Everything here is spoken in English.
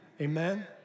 Amen